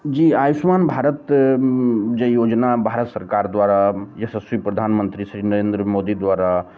जी आयुष्मान भारत जे योजना भारत सरकार द्वारा यशस्वी प्रधानमंत्री श्री नरेन्द्र मोदी द्वारा